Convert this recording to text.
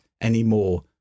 anymore